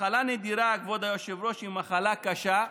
מחלה נדירה, כבוד היושב-ראש, היא מחלה קשה,